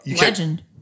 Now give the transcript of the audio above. Legend